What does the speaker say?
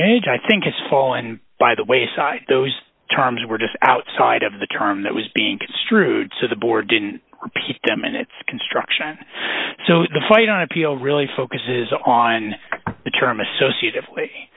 major i think it's fallen by the wayside those terms were just outside of the term that was being construed so the board didn't repeat them in its construction so the fight on appeal really focuses on the term associate